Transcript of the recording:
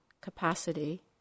capacity